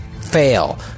Fail